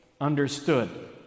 understood